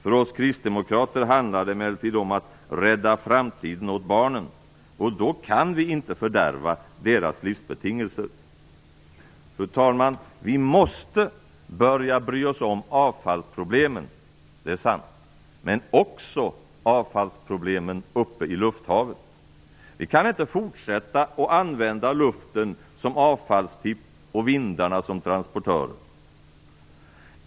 För oss kristdemokrater handlar det emellertid om att rädda framtiden åt barnen, och då kan vi inte fördärva deras livsbetingelser. Fru talman! Vi måste börja bry oss om avfallsproblemen - det är sant. Men vi måste också bry oss om avfallsproblemen uppe i lufthavet. Vi kan inte fortsätta att använda luften som avfallstipp och vindarna som transportörer.